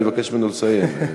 אבקש ממנו לסיים.